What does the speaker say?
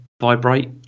vibrate